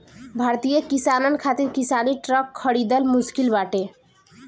भारतीय किसानन खातिर किसानी ट्रक खरिदल मुश्किल बाटे